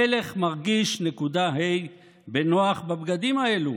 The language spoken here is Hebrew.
המלך מרגיש.ה בנוח בבגדים האלה.